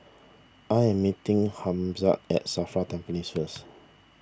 I am meeting Hamza at Safra Tampines first